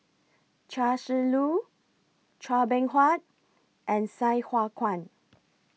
Chia Shi Lu Chua Beng Huat and Sai Hua Kuan